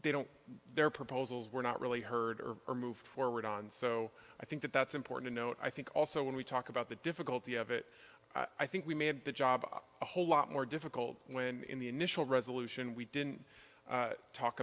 they don't their proposals were not really heard or moved forward on so i think that that's important to note i think also when we talk about the difficulty of it i think we made the job a whole lot more difficult when in the initial resolution we didn't talk